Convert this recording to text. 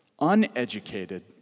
uneducated